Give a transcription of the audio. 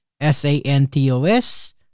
s-a-n-t-o-s